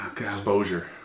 Exposure